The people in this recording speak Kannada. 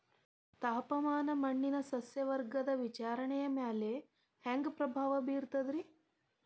ತಾಪಮಾನ ಮಣ್ಣಿನ ಸಸ್ಯವರ್ಗದ ವಿತರಣೆಯ ಮ್ಯಾಲ ಹ್ಯಾಂಗ ಪ್ರಭಾವ ಬೇರ್ತದ್ರಿ?